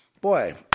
Boy